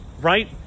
right